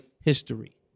history